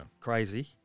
crazy